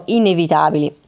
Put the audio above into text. inevitabili